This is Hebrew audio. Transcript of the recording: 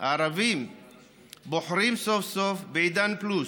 הערבים בוחרים סוף-סוף בעידן פלוס,